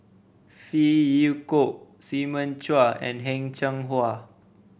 Phey Yew Kok Simon Chua and Heng Cheng Hwa